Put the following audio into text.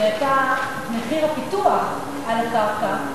שאת מחיר הפיתוח של הקרקע,